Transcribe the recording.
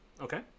Okay